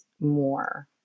more